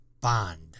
bond